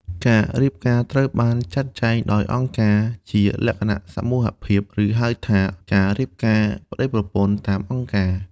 ការរៀបការត្រូវបានចាត់ចែងដោយអង្គការ ជាលក្ខណៈសមូហភាព ឬហៅថា "ការរៀបការប្តីប្រពន្ធតាមអង្គការ"។